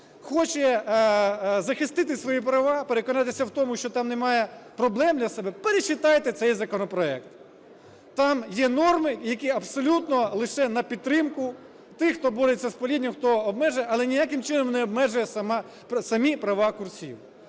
хоче захистити свої права, переконатися в тому, що там немає проблем для себе, перечитайте цей законопроект. Там є норми, які абсолютно лише на підтримку тих, хто бореться з палінням, хто обмежує, але ніяким чином не обмежує самі права курців.